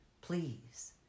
please